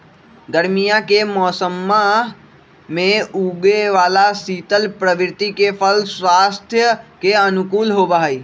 गर्मीया के मौसम्मा में उगे वाला शीतल प्रवृत्ति के फल स्वास्थ्य के अनुकूल होबा हई